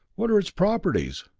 what are its properties?